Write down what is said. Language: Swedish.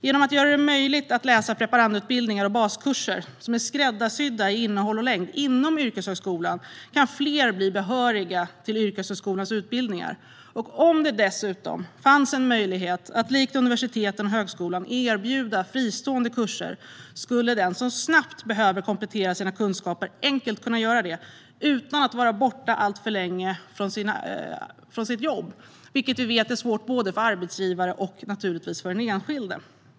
Genom att göra det möjligt att läsa preparandutbildningar och baskurser, som är skräddarsydda vad gäller innehåll och längd, inom yrkeshögskolan kan fler bli behöriga till yrkeshögskolans utbildningar. Om det dessutom fanns en möjlighet att, likt universiteten och högskolan, erbjuda fristående kurser skulle den som snabbt behöver komplettera sina kunskaper enkelt kunna göra detta. Personen skulle dessutom inte behöva vara borta alltför länge från sitt jobb, vilket vi vet är svårt både för arbetsgivare och för den enskilde.